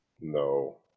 no